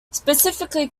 specifically